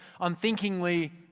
unthinkingly